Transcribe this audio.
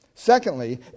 Secondly